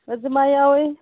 ꯔꯖꯥꯃꯥ ꯌꯥꯎꯏ